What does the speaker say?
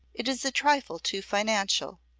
it is a trifle too finical,